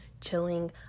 chilling